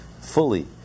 fully